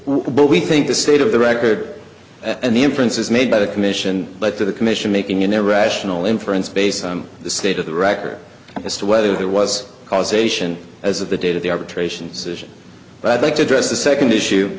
what we think the state of the record and the inference is made by the commission but to the commission making an irrational inference based on the state of the record as to whether there was causation as of the date of the arbitrations but i'd like to address the second issue